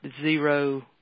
zero